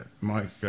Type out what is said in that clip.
Mike